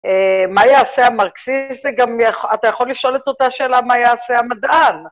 מה יעשה המרקסיסט? אתה יכול לשאול את אותה שאלה, מה יעשה המדען?